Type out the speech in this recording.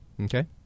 okay